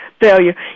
failure